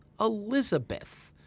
Elizabeth